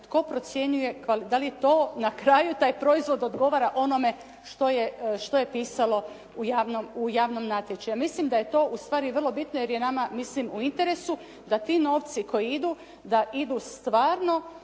tko procjenjuje, dali je to na kraju taj proizvod odgovara onome što je pisalo u javnom natječaju. Mislim da je to ustvari vrlo bitno jer je nama mislim u interesu da ti novci koji idu, da idu stvarno